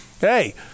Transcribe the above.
hey